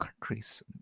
countries